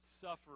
suffering